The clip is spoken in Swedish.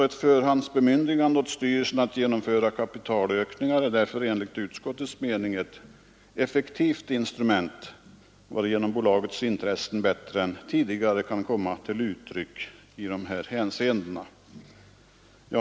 Ett förhandsbemyndigande åt styrelsen att genomföra kapitalökningar är därför enligt utskottsmajoritetens mening ett effektivt instrument, varigenom bolagets intressen bättre än tidigare kan komma till uttryck i dessa hänseenden.